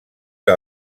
que